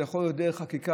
זה יכול להיות דרך חקיקה,